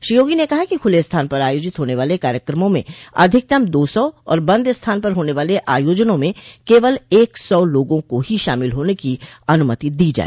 श्री योगी ने कहा कि खूले स्थान पर आयोजित होने वाले कार्यक्रमों में अधिकतम दो सौ और बंद स्थान पर होने वाले आयोजनों में केवल एक सौ लोगों को ही शामिल होने की अनुमति दी जाए